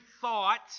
thought